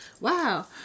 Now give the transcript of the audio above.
Wow